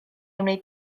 wneud